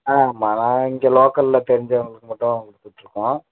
ஆமாம் நான் இங்கே லோக்கல்ல தெரிஞ்சவங்களுக்கு மட்டும் தான் கொடுத்துட்ருக்கோம்